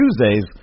Tuesdays